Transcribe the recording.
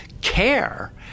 care